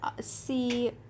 see